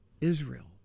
Israel